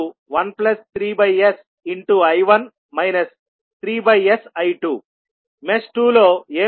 1s13sI1 3sI2 mesh 2 లో ఏమి జరుగుతుంది